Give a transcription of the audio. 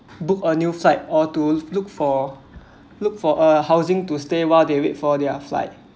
book a new flight or to look for look for a housing to stay while they wait for their flight